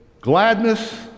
gladness